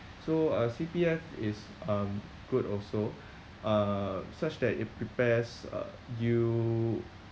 so uh C_P_F is um good also uh such that it prepares uh you